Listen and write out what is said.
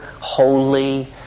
holy